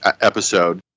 episode